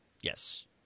Yes